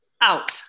out